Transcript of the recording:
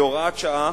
זו הוראת שעה